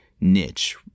niche